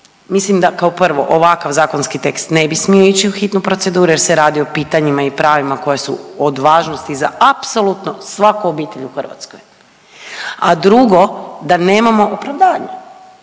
Mislim da kao prvo, ovakav zakonski tekst ne bi smio ići u hitnu proceduru jer se radi o pitanjima i pravima koje su od važnosti za apsolutno svaku obitelj u Hrvatskoj, a drugo, da nemamo opravdanja